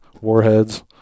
warheads